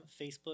Facebook